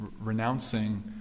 renouncing